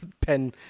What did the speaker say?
pen